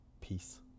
peace